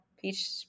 peach